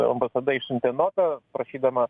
ambasada išsiuntė notą prašydama